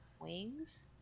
wings